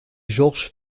georges